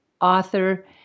author